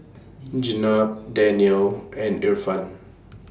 Jenab Danial and Irfan